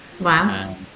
Wow